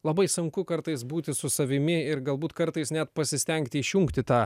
labai sunku kartais būti su savimi ir galbūt kartais net pasistengti išjungti tą